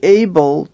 able